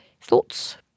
Thoughts